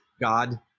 God